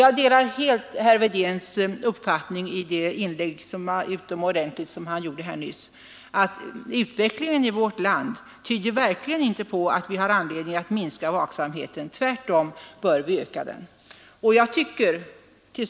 Jag delar helt herr Wedéns uppfattning, som han gav uttryck åt så utomordentligt i det inlägg han gjorde alldeles nyss, att utvecklingen i vårt land verkligen inte tyder på att vi har anledning minska på vaksamheten. Tvärtom bör vi öka den. Herr talman!